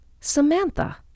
Samantha